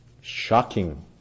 shocking